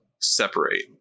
separate